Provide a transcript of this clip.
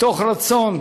מתוך רצון